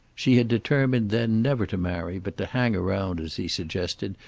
she had determined then never to marry but to hang around, as he suggested,